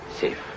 safe